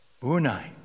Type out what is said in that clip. Bunai